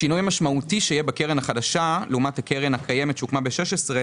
השינוי המשמעותי שיהיה בקרן החדשה לעומת הקרן הקיימת שהוקמה ב-2016,